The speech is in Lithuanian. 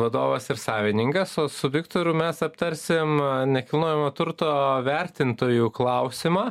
vadovas ir savininkas o su viktoru mes aptarsim nekilnojamo turto vertintojų klausimą